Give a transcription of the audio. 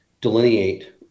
delineate